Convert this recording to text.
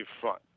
front